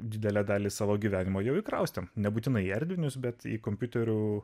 didelę dalį savo gyvenimo jau įkrausime nebūtinai erdvinius bet į kompiuterių